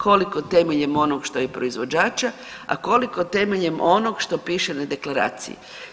Koliko temeljem onog što je proizvođača, a koliko temeljem onog što piše na deklaraciji.